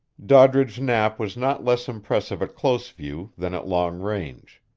doddridge knapp was not less impressive at close view than at long range.